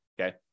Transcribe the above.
Okay